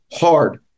hard